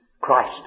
Christ